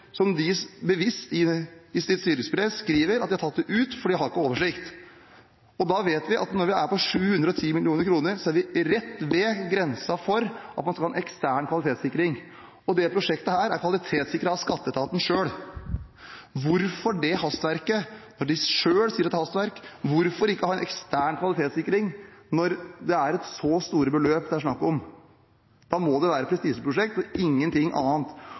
som de bevisst i sitt styringsbrev skriver at de har tatt ut fordi de ikke har oversikt? Da vet vi at når vi er på 710 mill. kr, er vi rett ved grensen for at man skal ha en ekstern kvalitetssikring. Dette prosjektet er kvalitetssikret av skatteetaten selv. Hvorfor det hastverket når de selv sier at det er hastverk? Hvorfor ikke ha en ekstern kvalitetssikring når det er så store beløp det er snakk om? Da må det være et prestisjeprosjekt og ingenting annet.